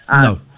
No